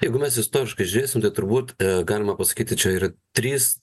jeigu mes istoriškai žiūrėsim tai turbūt galima pasakyti čia yra trys